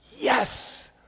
Yes